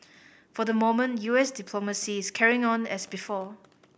for the moment U S diplomacy is carrying on as before